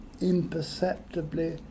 imperceptibly